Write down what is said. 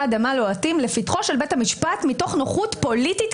אדמה לוהטים לפתחו של בית המשפט מתוך נוחות פוליטית,